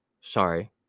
sorry